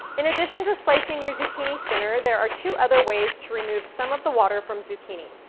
in addition to slicing your zucchini thinner, there are two other ways to remove some of the water from zucchini,